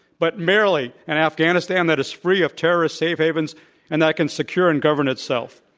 but merely an afghanistan that is free of terrorist safe havens and that can secure and govern itself.